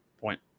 point